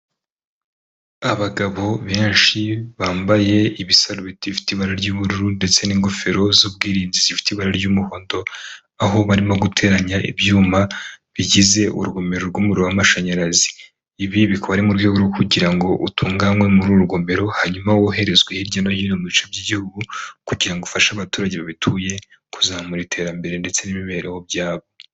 Abagabo benshi bambaye ibisarubeti bifite ibara ry'ubururu ndetse n'ingofero z'ubwirinzi zifite ibara ry'umuhondo aho barimo guteranya ibyuma bigize urugomero rw'umuriro w'amashanyarazi ibi bikora mu buryo kugira ngo utunganywe muri uru rugomero hanyuma woherezwa hirya no hino mu bice by'igihugu kugirango ngo ufashe abaturage babituye kuzamura iterambere ndetse n'imibereho byabo.